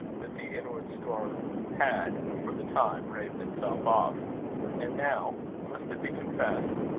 that the inward storm had, for the time, raved itself off and now must it be confessed?